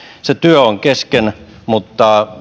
se työ on kesken mutta